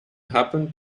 happen